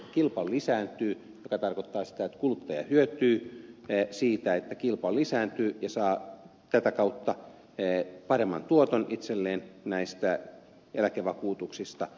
ensinnäkin tärkeätä on se että kilpailu lisääntyy mikä tarkoittaa sitä että kuluttaja hyötyy siitä että kilpailu lisääntyy ja saa tätä kautta paremman tuoton itselleen näistä eläkevakuutuksista